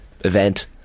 event